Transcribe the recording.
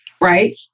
right